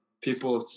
people